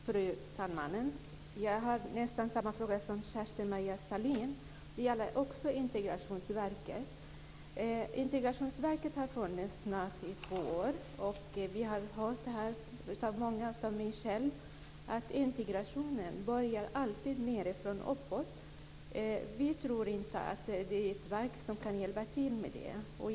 Fru talman! Jag har nästan samma fråga som Kerstin-Maria Stalin. Också den gäller Integrationsverket. Integrationsverket har funnits i snart två år, och vi har här hört många liksom jag själv säga att integrationen alltid börjar nedifrån och går uppåt. Vi tror inte att ett verk kan hjälpa till med detta.